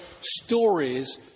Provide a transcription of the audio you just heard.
stories